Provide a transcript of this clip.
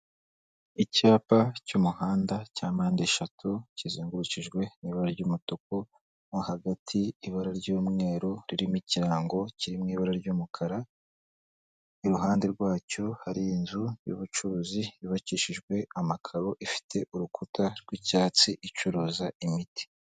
Icyapa cy'umuhanda cya mpande eshatu, kizengurukijwe n'ibara ry'umutuku, no hagati ibara ry'umweru ririmo ikirango kiri mu ibara ry'umukara, iruhande rwacyo hari inzu y'ubucuruzi yubakishijwe, amakaro ifite urukuta rw'icyatsi, icuruza imiti.